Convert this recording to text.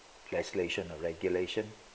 legislation or regulation